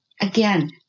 again